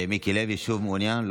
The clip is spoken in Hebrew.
מיקי לוי, שוב, מעוניין?